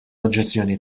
oġġezzjoni